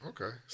Okay